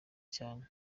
cyane